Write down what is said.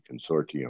Consortium